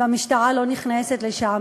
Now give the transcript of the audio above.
והמשטרה לא נכנסת לשם.